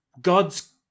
God's